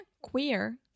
queer